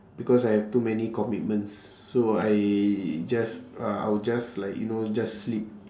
because I have too many commitments so I just uh I will just like you know just sleep